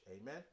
Amen